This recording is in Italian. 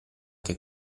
che